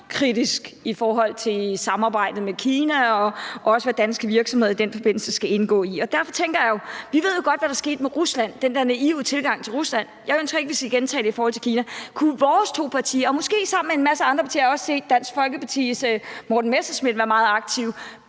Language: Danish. kritisk i forhold til samarbejdet med Kina, og også hvad danske virksomheder i den forbindelse skal indgå i. Og derfor tænker jeg, at vi jo godt ved, hvad der skete med Rusland og den der naive tilgang til Rusland. Jeg ønsker ikke, vi skal gentage det i forhold til Kina. Kunne vores to partier, måske sammen med en masse andre partier – jeg har også set Dansk Folkepartis Morten Messerschmidt være meget aktiv